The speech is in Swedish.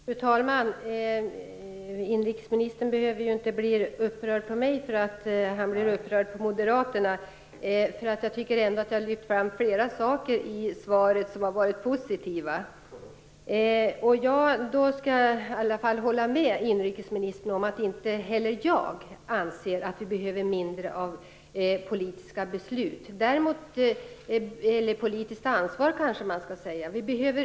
Fru talman! Inrikesministern behöver inte bli upprörd över mig bara för att han blir upprörd över Moderaterna. Jag tycker nämligen att flera positiva saker lyfts fram i svaret. Jag håller med inrikesministern om att vi inte behöver mindre av politiska beslut, eller politiskt ansvar, kanske man skall säga. Det anser inte jag heller.